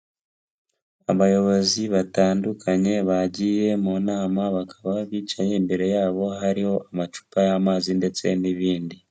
Abayobozi batandukanye bagiye mu nama bakaba bicaye, imbere yabo hariho amacupa y'amazi ndetse n'ibindi.